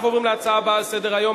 אנחנו עוברים להצעה הבאה על סדר-היום,